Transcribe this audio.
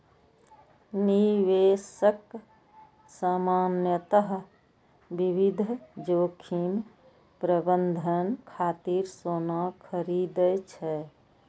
निवेशक सामान्यतः विविध जोखिम प्रबंधन खातिर सोना खरीदै छै